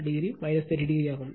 43o 30o ஆகும்